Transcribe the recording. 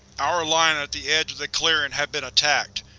our line at the edge of the clearing had been attacked.